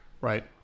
Right